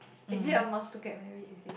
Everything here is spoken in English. is it a must to get married is it